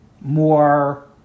more